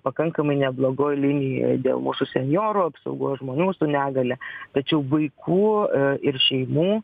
pakankamai neblogoj linijoj dėl mūsų senjorų apsaugos žmonių su negalia tačiau vaikų ir šeimų